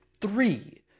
Three